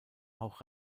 auch